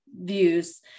views